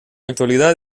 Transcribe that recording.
actualidad